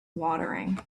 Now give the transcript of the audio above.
watering